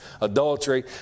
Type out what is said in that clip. adultery